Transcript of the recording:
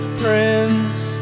prince